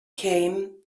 came